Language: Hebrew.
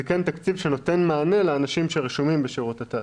זה כן תקציב שנותן מענה לאנשים שרשומים בשירות התעסוקה.